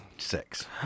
Six